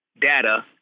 data